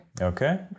Okay